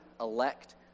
elect